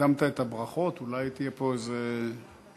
הקדמת את הברכות, אולי יהיה פה איזה שינוי.